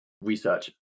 research